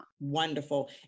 Wonderful